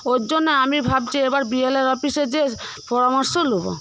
ওর জন্য আমি ভাবছি এবার বিএলআরয়ের অফিসে যেয়ে পরামর্শ নেবো